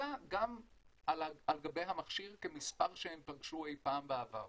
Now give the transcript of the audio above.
נמצא גם על גבי המכשיר כמספר שהם פגשו אי פעם בעבר.